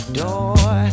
door